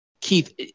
Keith